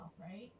right